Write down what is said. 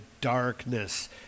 darkness